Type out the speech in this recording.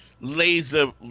laser